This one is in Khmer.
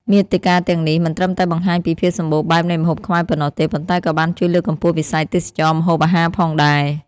មាតិកាទាំងនេះមិនត្រឹមតែបង្ហាញពីភាពសម្បូរបែបនៃម្ហូបខ្មែរប៉ុណ្ណោះទេ ប៉ុន្តែក៏បានជួយលើកកម្ពស់វិស័យទេសចរណ៍ម្ហូបអាហារផងដែរ។